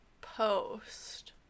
post